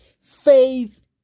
Faith